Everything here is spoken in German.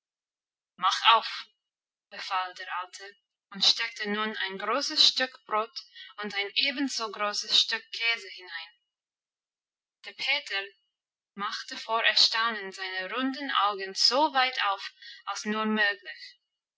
mach auf befahl der alte und steckte nun ein großes stück brot und ein ebenso großes stück käse hinein der peter machte vor erstaunen seine runden augen so weit auf als nur möglich